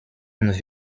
und